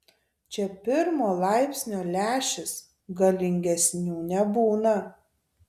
čia pirmo laipsnio lęšis galingesnių nebūna